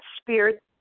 spirit